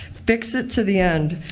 fix it to the end,